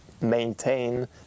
maintain